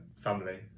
family